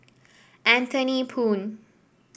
Anthony Poon